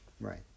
Right